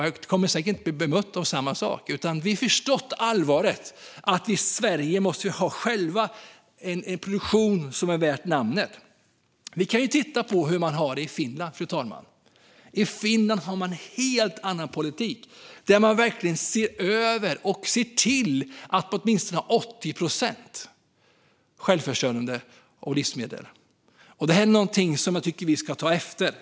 Jag kommer säkert inte att bli bemött av samma sak. Vi har förstått allvaret och att vi i Sverige själva måste ha en produktion som är värd namnet. Vi kan titta på hur man har det i Finland, fru talman. I Finland har man en helt annan politik där man verkligen ser över detta och ser till man åtminstone till 80 procent är självförsörjande med livsmedel. Det är någonting som jag tycker att vi ska ta efter.